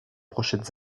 prochaines